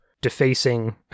defacing